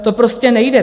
To prostě nejde.